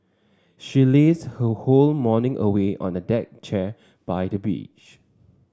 she lazed her whole morning away on a deck chair by the beach